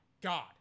God